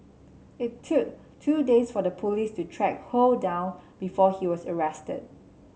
it took two days for the police to track Ho down before he was arrested